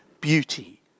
beauty